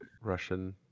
Russian